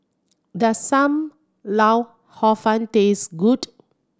does Sam Lau Hor Fun taste good